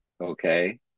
okay